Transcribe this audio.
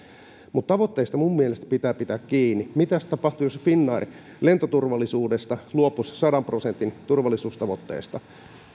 mutta tavoitteista minun mielestäni pitää pitää kiinni mitäs tapahtuu jos finnair lentoturvallisuudesta luopuisi sadan prosentin turvallisuustavoitteesta minä